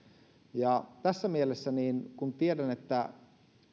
ja tässä mielessä kun tiedän että